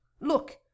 look